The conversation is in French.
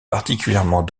particulièrement